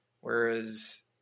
whereas